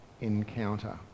encounter